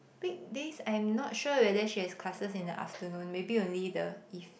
weekdays I'm not sure whether she has classes in the afternoon maybe only the if